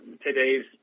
today's